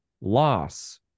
Loss